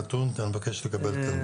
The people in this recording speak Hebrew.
אני מבקש לקבל את הנתון הזה.